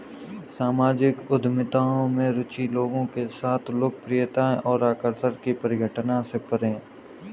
सामाजिक उद्यमिता में रुचि लोगों के साथ लोकप्रियता और आकर्षण की परिघटना से परे है